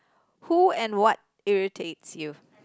who and what irritates you